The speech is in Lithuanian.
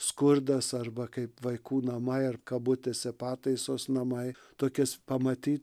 skurdas arba kaip vaikų namai ar kabutėse pataisos namai tokias pamatyt